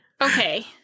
okay